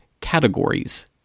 categories